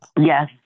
Yes